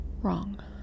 wrong